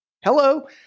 hello